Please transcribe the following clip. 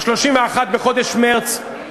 ב-31 בחודש מרס,